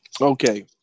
Okay